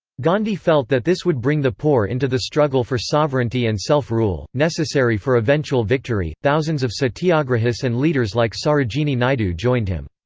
gandhi felt that this would bring the poor into the struggle for sovereignty and self-rule, necessary for eventual victory thousands of satyagrahis and leaders like sarojini naidu joined him.